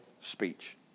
speech